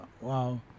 Wow